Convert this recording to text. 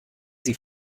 sie